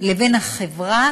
לבין חברת